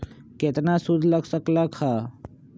केतना सूद लग लक ह?